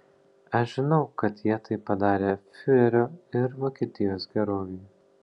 aš žinau kad jie tai padarė fiurerio ir vokietijos gerovei